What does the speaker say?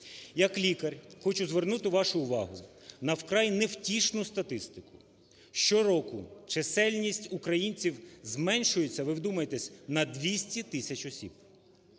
Як лікар хочу вернути вашу увагу на вкрай невтішну статистику. Щороку чисельність українців зменшується, ви вдумайтесь, на 200 тисяч осіб.